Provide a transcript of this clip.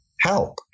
help